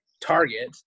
Target